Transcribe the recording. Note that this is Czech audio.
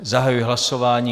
Zahajuji hlasování.